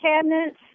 cabinets